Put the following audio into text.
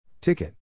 Ticket